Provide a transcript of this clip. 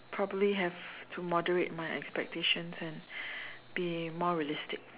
probably have to moderate my expectations and be more realistic